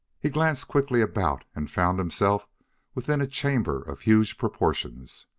he glanced quickly about and found himself within a chamber of huge proportions.